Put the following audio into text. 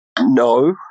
No